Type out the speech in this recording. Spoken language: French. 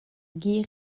guy